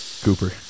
Cooper